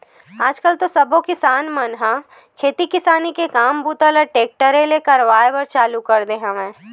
आज कल तो सबे किसान मन ह खेती किसानी के काम बूता ल टेक्टरे ले करवाए बर चालू कर दे हवय